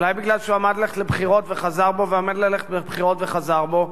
אולי מפני שהוא עמד ללכת לבחירות וחזר בו ועמד ללכת לבחירות וחזר בו?